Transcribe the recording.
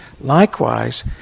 Likewise